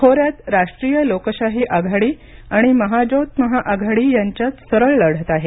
खोऱ्यांत राष्ट्रीय लोकशाही आघाडी आणि महाजोत महाआघाडी यांच्यात सरळ लढत आहे